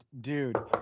Dude